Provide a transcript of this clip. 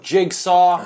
Jigsaw